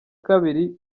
kabiri